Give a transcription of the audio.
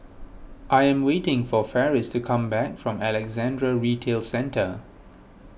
I am waiting for Farris to come back from Alexandra Retail Centre